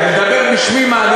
גפני, שומע?